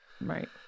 Right